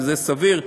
שזה סביר,